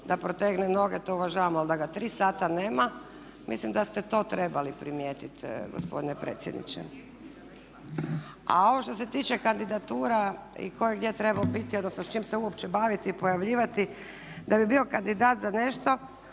da protegne noge. To uvažavam, ali da ga tri sata nema. Mislim da ste to trebali primijetiti gospodine predsjedniče. A ovo što se tiče kandidatura i tko je gdje trebao biti, odnosno s čim se uopće baviti, pojavljivati da bi bio kandidat za nešto